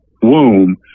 womb